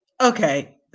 Okay